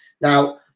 Now